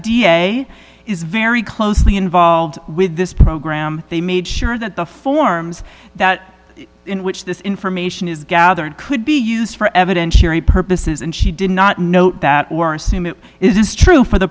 a is very closely involved with this program they made sure that the forms that in which this information is gathered could be used for evidentiary purposes and she did not note that we're assuming it is true for the